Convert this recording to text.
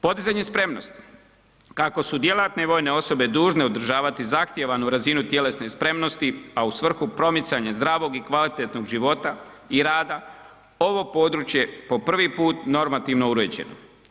Podizanje spremnosti kako su djelatne vojne osobe dužne održavati zahtijevanu razinu tjelesne spremnosti a u svrhu promicanja zdravog i kvalitetnog života i rada ovo područje po prvi put normativno uređeno.